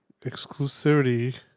exclusivity